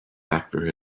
after